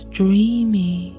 dreamy